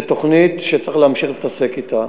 זה תוכנית שצריך להמשיך להתעסק אתה.